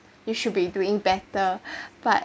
you should be doing better but